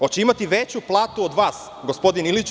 Hoće li imati veću platu od vas, gospodine Iliću?